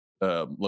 Look